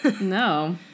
No